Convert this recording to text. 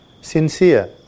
sincere